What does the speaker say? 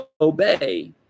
obey